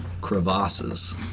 Crevasses